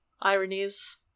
ironies